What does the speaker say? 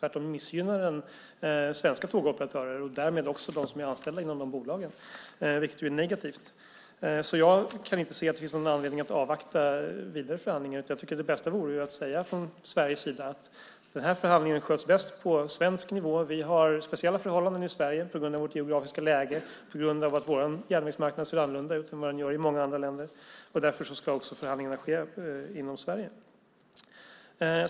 De missgynnade tvärtom svenska tågoperatörer och därmed också de som är anställda inom de bolagen, vilket är negativt. Jag kan inte se att det finns någon anledning att avvakta vidare förhandlingar. Jag tycker att det bästa vore att Sverige säger att den förhandlingen sköts bäst på svensk nivå. Vi har speciella förhållanden i Sverige på grund av vårt geografiska läge och på grund av att vår järnvägsmarknad ser annorlunda ut än vad den gör i många andra länder. Därför ska också förhandlingarna ske inom Sverige.